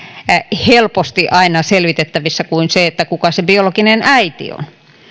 helposti aina selvitettävissä kuin se kuka se biologinen äiti on